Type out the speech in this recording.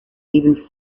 even